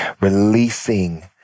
releasing